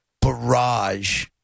barrage